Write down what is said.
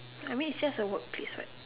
I mean it's just a workplace what